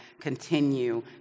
continue